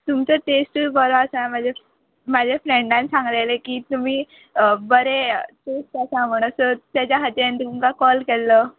तुमचो टेस्टूय बरो आसा म्हजे म्हजे फ्रँडान सांगलेलें की तुमी बरे टेस्ट आसा म्हूण सो तेज्या खातीर हांवें तुमकां कॉल केल्लो